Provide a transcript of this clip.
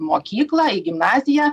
mokyklą gimnaziją